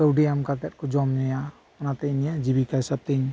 ᱠᱟᱹᱣᱰᱤ ᱮᱢ ᱠᱟᱛᱮᱫᱠᱩ ᱡᱚᱢ ᱧᱩᱭᱟ ᱚᱱᱟᱛᱮ ᱤᱧᱟᱹᱜ ᱡᱤᱵᱤᱠᱟ ᱦᱤᱥᱟᱹᱵ ᱛᱮᱧ